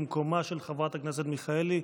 במקומה של חברת הכנסת מיכאלי,